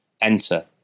enter